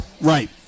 Right